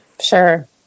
Sure